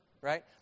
right